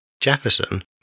jefferson